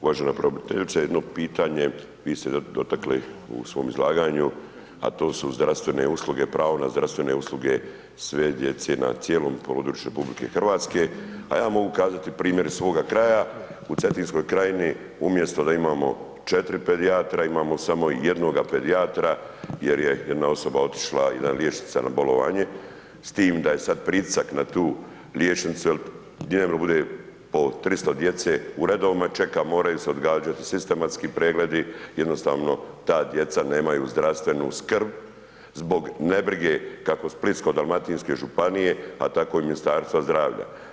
Uvažena pravobraniteljice, jedno pitanje, vi ste dotakli u svom izlaganju a to su zdravstvene usluge, pravo na zdravstvene usluge sve djece na cijelom području RH, a ja mogu kazati primjer iz svoga kraja, u Cetinskoj krajini umjesto da imamo 4 pedijatra imamo samo jednoga pedijatra jer je jedna osoba otišla, jedna liječnica na bolovanje s tim da je sad pritisak na tu liječnicu jer dnevno bude po 300 djece, u redovima čeka, moraju se odgađati sistematski pregledi, jednostavno ta djeca nemaju zdravstvenu skrb zbog nebrige kako Splitsko-dalmatinske županije a tako i Ministarstva zdravlja.